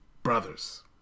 Brothers